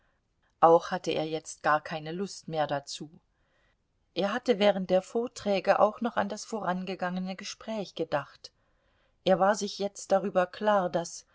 auch hatte er jetzt gar keine lust mehr dazu er hatte während der vorträge auch noch an das vorangegangene gespräch gedacht er war sich jetzt darüber klar daß